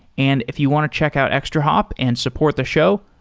and if you want to check out extrahop and support the show,